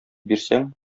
бирсәң